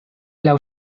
laŭ